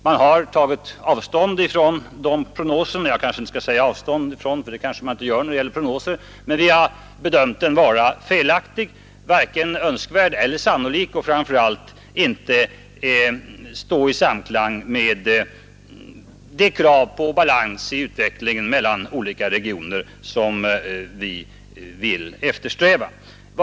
Vi har bedömt prognosen vara felaktig — den ökning planen förutsätter är varken önskvärd eller sannolik och står inte i samklang med den balans i utvecklingen mellan olika regioner som vi vill eftersträva.